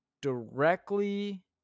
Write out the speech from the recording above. directly